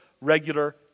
regular